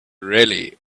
really